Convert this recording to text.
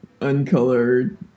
uncolored